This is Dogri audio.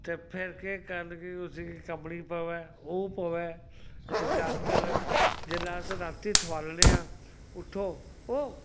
ते फिर केह् करन कि उस्सी कम्बनी पवै ओह् पवै ते डाक्टर जेल्लै अस रातीं ठोआलने आं उट्ठो ओह्